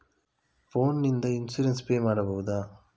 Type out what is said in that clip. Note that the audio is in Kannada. ಫೋನ್ ನಿಂದ ಇನ್ಸೂರೆನ್ಸ್ ಪೇ ಮಾಡಬಹುದ?